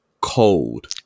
cold